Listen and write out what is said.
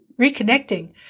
reconnecting